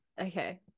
Okay